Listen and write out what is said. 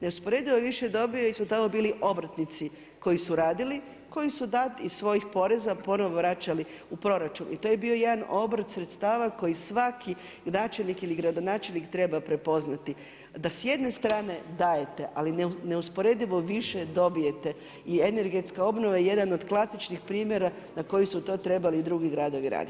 Neusporedivo više je dobio jel su tamo bili obrtnici koji su radili koji su iz svojih poreza ponovo vraćali u proračun i to je bio jedan obrt sredstava koji svaki načelnik ili gradonačelnik treba prepoznati, da s jedne strane dajete, ali neusporedivi više dobijete i energetska obnova je jedan od klasičnih primjera na koji su to trebali drugi gradovi raditi.